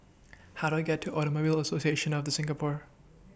How Do I get to Automobile Association of The Singapore